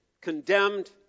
Condemned